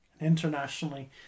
Internationally